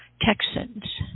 Texans